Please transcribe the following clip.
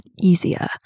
easier